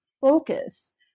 focus